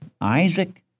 Isaac